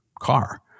car